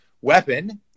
weapon